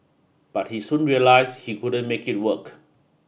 but he soon realised he couldn't make it work